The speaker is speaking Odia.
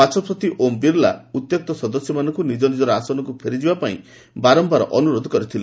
ବାଚସ୍କତି ଓମ୍ ବିର୍ଲା ଉତ୍ତ୍ୟକ୍ତ ସଦସ୍ୟମାନଙ୍କୁ ନିଜ୍ଞ ନିଜର ଆସନକୁ ଫେରିଯିବା ପାଇଁ ବାରମ୍ଭାର ଅନୁରୋଧ କରିଥିଲେ